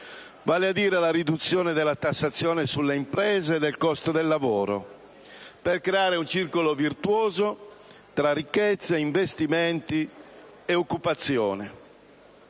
vale a dire la riduzione della tassazione sulle imprese del costo del lavoro per creare un circolo virtuoso tra ricchezza, investimenti e occupazione.